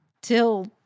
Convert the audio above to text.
till